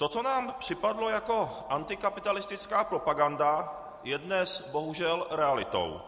To, co nám připadalo jako antikapitalistická propaganda, je dnes bohužel realitou.